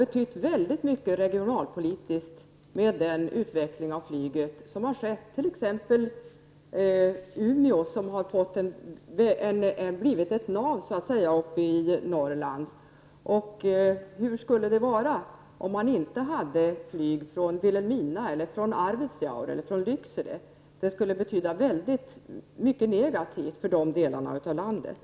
Den utveckling av flyget som har skett i exempelvis Umeå har betytt mycket regionalt. Umeå har så att säga blivit ett nav uppe i Norrland. Hur skulle det se ut om man inte hade flyg från Vilhelmina, Arvidsjaur och Lycksele? Det skulle vara mycket negativt för dessa delar av landet.